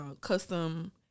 custom